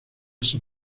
san